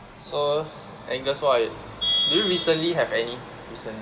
so I angus do you recently have any